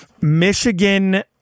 Michigan